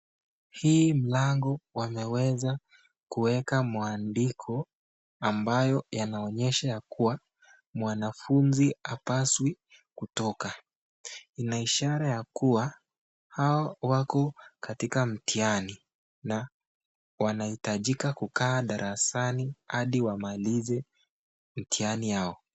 Hii mlango wemeweza kuweka mwandiko ambayo yanaonyesha yakua mwanafunzi hapaswi kutoka inaishara ya kuwa hao wako katika mtihani na wanahitajika kukaa darasani hadi wamalize mtihani yao.